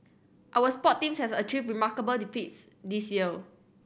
our sport teams have achieved remarkable the feats this year